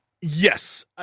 Yes